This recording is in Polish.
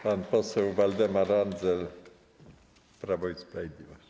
Pan poseł Waldemar Andzel, Prawo i Sprawiedliwość.